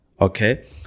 Okay